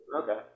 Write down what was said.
Okay